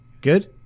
Good